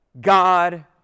God